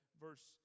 verse